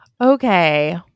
Okay